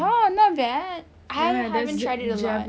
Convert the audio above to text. oh not bad I haven't try it a lot